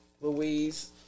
Louise